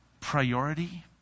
priority